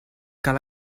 cal